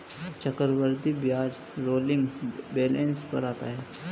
चक्रवृद्धि ब्याज rolling balance पर आता है